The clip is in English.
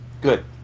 Good